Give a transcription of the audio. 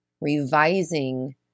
Revising